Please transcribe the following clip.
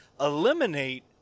eliminate